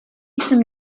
jsem